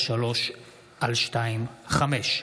פ/3343/25.